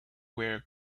wear